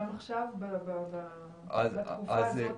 גם עכשיו בתקופה הזו?